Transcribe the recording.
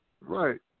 Right